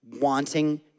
wanting